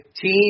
team